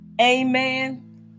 Amen